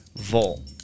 Vol